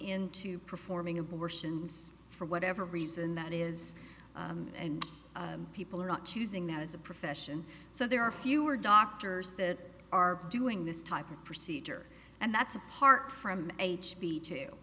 into performing abortions for whatever reason that is and people are not choosing that as a profession so there are fewer doctors that are doing this type of procedure and that's apart from h b to